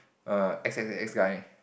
err X X X guy